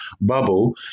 bubble